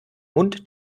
mund